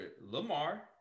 Lamar